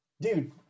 dude